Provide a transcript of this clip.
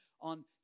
on